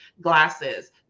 Glasses